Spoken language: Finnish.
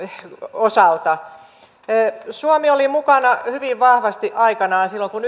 osalta suomi oli mukana hyvin vahvasti aikanaan silloin kun